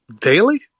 Daily